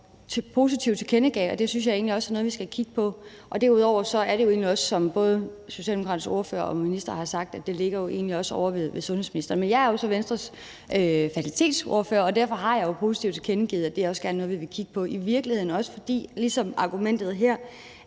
positiv tilkendegivelse. Det synes jeg egentlig også er noget, vi skal kigge på. Derudover er det jo egentlig også, som både Socialdemokraternes ordfører og ministeren har sagt, noget, der ligger ovre hos sundhedsministeren. Men jeg er så Venstres fertilitetsordfører, og derfor har jeg positivt tilkendegivet, at det også er noget, vi gerne vil kigge på. Ligesom argumentet her